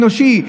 אנושי,